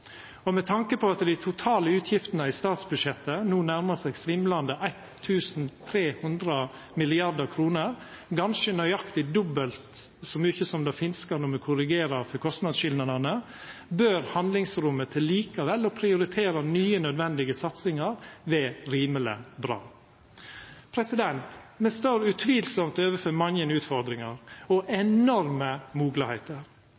Med tanke på at dei totale utgiftene i statsbudsjettet no nærmar seg svimlande 1 300 mrd. kr, ganske nøyaktig dobbelt så mykje som det finske når me korrigerer for kostnadsskilnadene, bør handlingsrommet til likevel å prioritera nye, nødvendige satsingar vera rimeleg bra. Me står utvilsamt overfor mange utfordringar og